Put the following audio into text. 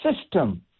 system